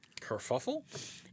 Kerfuffle